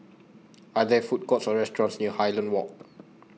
Are There Food Courts Or restaurants near Highland Walk